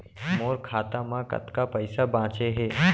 मोर खाता मा कतका पइसा बांचे हे?